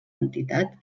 entitat